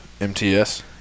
MTS